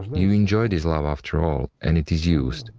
you enjoy this love after all, and it is used,